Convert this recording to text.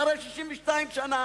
אחרי 62 שנה,